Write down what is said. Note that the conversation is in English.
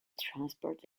transport